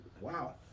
wow